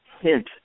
hint